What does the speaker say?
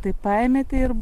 tai paėmėte ir